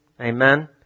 Amen